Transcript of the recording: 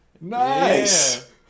Nice